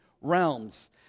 realms